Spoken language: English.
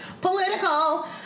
political